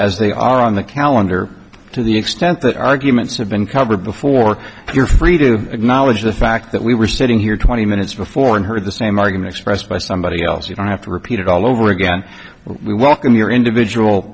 as they are on the calendar to the extent that arguments have been covered before you're free to acknowledge the fact that we were sitting here twenty minutes before and heard the same argument expressed by somebody else you don't have to repeat it all over again we welcome your individual